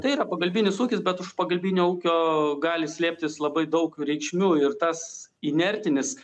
tai yra pagalbinis ūkis bet už pagalbinio ūkio gali slėptis labai daug reikšmių ir tas inertinis